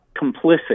complicit